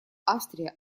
австрия